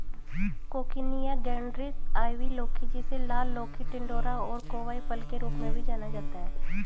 coccinia grandis, ivy लौकी, जिसे लाल लौकी, टिंडोरा और कोवाई फल के रूप में भी जाना जाता है